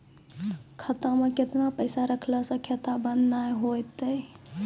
खाता मे केतना पैसा रखला से खाता बंद नैय होय तै?